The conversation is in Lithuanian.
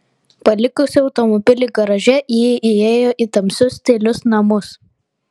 palikusi automobilį garaže ji įėjo į tamsius tylius namus